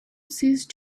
ceased